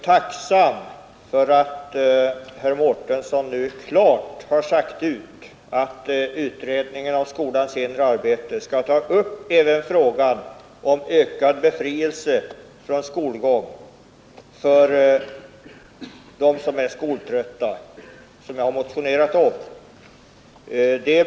Herr talman! Jag är tacksam för att herr Mårtensson nu klart har sagt ut att utredningen om skolans inre arbete skall ta upp även frågan om ökad befrielse från skolgång för dem som är skoltrötta, vilket jag har motionerat om.